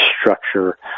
structure